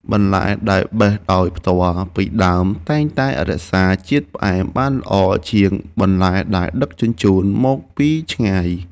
បន្លែដែលបេះដោយផ្ទាល់ពីដើមតែងតែរក្សាជាតិផ្អែមបានល្អជាងបន្លែដែលដឹកជញ្ជូនមកពីឆ្ងាយ។